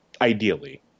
ideally